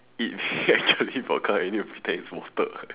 it actually vodka you need to pretend it's water eh